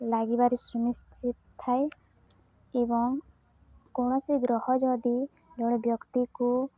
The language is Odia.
ଲାଗିବାରେ ସୁନିଶ୍ଚିତ ଥାଏ ଏବଂ କୌଣସି ଗ୍ରହ ଯଦି ଜଣେ ବ୍ୟକ୍ତିକୁ